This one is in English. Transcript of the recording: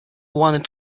wanted